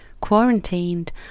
quarantined